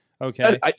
Okay